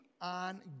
on